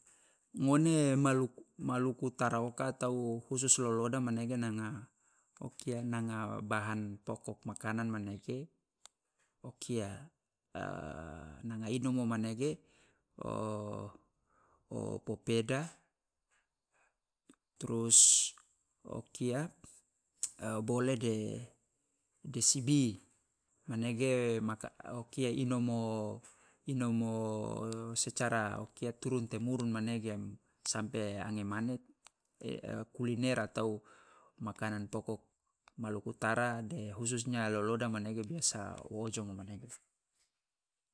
Ngone malu maluku utara oka atau khusus loloda manege nanga o kia nanga bahan pokok makanan manege o kia nanga inomo manege o popeda, trus o kia bole de sibi manege maka o kia inomo inomo o secara turun temurun manege sampe ange mane kuliner atau makanan pokok maluku utara de khususnya loloda manege biasa wo ojomo manege.